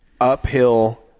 uphill